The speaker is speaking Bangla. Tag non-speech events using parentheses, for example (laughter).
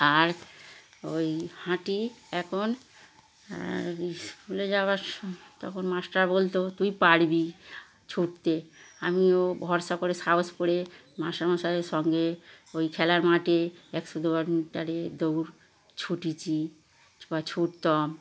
আর ওই হাঁটি এখন স্কুলে যাওয়ার তখন মাস্টার বলতো তুই পারবি ছুটতে আমিও ভরসা করে সাহস করে মাস্টারমশাইয়ের সঙ্গে ওই খেলার মাঠে একশো (unintelligible) মিটারে দৌড় ছুটেছি বা ছুটতাম